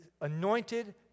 anointed